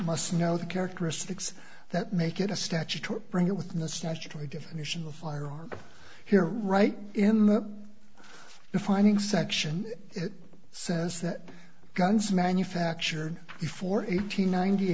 must know the characteristics that make it a statutory bring it with the statutory definition of firearm here right in that defining section it says that guns manufactured before eight hundred ninety